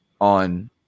on